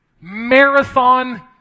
marathon